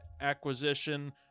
acquisition